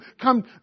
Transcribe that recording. come